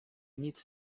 nic